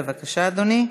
בבקשה, אדוני.